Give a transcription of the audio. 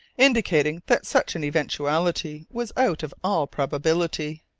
indicating that such an eventuality was out of all probability.